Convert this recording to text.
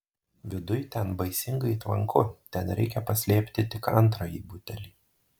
viduj ten baisingai tvanku ten reikia paslėpti tik antrąjį butelį